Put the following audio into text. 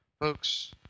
Folks